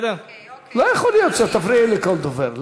לא יכול להיות שאת תפריעי לכל דובר.